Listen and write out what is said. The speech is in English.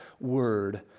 word